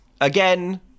again